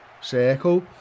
circle